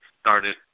started